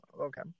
okay